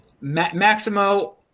Maximo